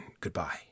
Goodbye